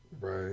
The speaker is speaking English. Right